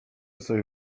sobie